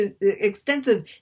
extensive